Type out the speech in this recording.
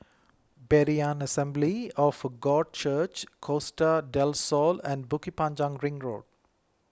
Berean Assembly of God Church Costa del Sol and Bukit Panjang Ring Road